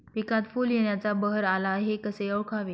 पिकात फूल येण्याचा बहर आला हे कसे ओळखावे?